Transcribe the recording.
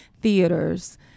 theaters